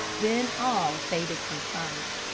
then all faded from sight.